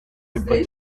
paper